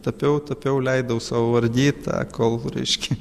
tapiau tapiau leidau sau ardyt tą kol reiškia